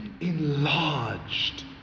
enlarged